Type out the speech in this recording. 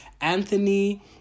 Anthony